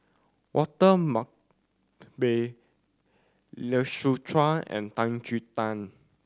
Walter Lai Siu Chiu and Tan Chin Tuan